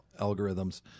algorithms